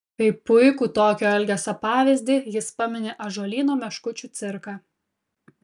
kaip puikų tokio elgesio pavyzdį jis pamini ąžuolyno meškučių cirką